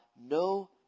no